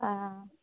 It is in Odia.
ହଁ